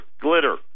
Glitter